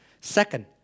Second